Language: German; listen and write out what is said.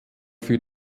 für